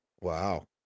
Wow